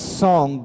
song